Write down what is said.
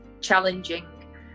challenging